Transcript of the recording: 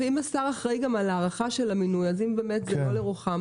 אם השר אחראי גם על הארכה של המינוי אז אם זה באמת לא לרוחם,